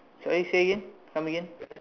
sorry say again come again